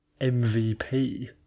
MVP